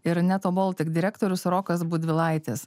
ir neto boltik direktorius rokas budvilaitis